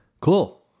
Cool